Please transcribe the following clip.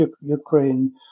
Ukraine